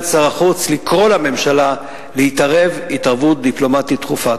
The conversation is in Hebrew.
שר החוץ לממשלה להתערב התערבות דיפלומטית דחופה.